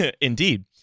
Indeed